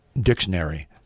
dictionary